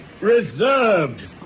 Reserved